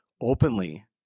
openly